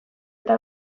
eta